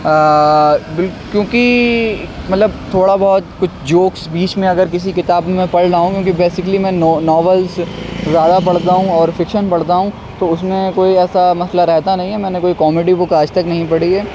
کیونکہ مطلب تھوڑا بہت کچھ جوکس بیچ میں اگر کسی کتاب میں پڑھ رہا ہوں کیونکہ بیسیکلی میں نو ناولس زیادہ پڑھتا ہوں اور فکشن پڑھتا ہوں تو اس میں کوئی ایسا مسئلہ رہتا نہیں ہے میں نے کوئی کامیڈی بک آج تک نہیں پڑھی ہے